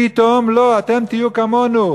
פתאום: לא, אתם תהיו כמונו,